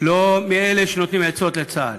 לא מאלה שנותנים עצות לצה"ל,